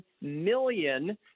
million